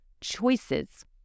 choices